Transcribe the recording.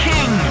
King